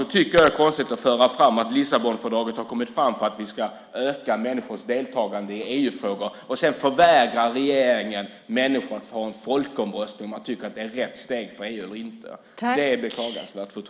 Det är konstigt att föra fram att Lissabonfördraget har tagits fram för att vi ska öka människors deltagande i EU-frågor. Sedan förvägrar regeringen människor tillfälle att folkomrösta om det är rätt steg för EU eller inte. Det är beklagansvärt.